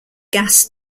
gas